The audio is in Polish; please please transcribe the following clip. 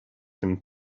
tym